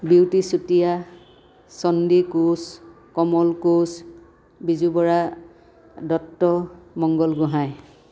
beauty Chutia Chandi Koch Kamal Koch Biju Bora Dutta Mangal Gohain